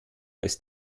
ist